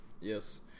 yes